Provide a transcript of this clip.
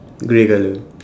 grey colour